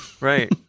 right